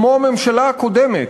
כמו הממשלה הקודמת,